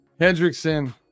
Hendrickson